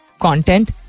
content